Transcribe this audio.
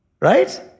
Right